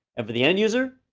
and for the end user,